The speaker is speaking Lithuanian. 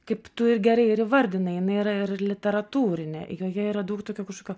kaip tu ir gerai ir įvardinai jinai yra ir literatūrinė joje yra daug tokio kažkokio